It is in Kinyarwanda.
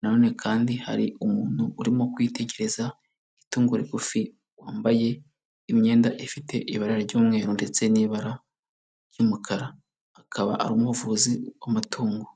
na none kandi hari umuntu urimo kwitegereza igitungo rigufi wambaye imyenda ifite ibara ry'umweru ndetse n'ibara ry'umukara, akaba ari umuvuzi w'amatungo.